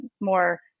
more